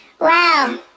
wow